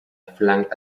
flank